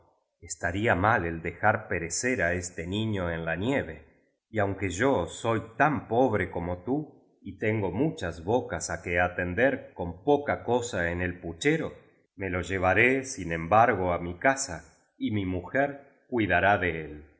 estaría mal el dejar perecer á este niño en la nieve e m diciembre i biblioteca nacional de españa i a ksi aa moderna y aunque yo soy tan pobre como tú y tengo muchas bocas á que atender con poca cosa en el puchero me lo llevaré sin embargo á mi casa y mi mujer cuidará de el